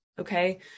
Okay